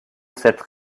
cette